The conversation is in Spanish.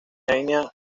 etnia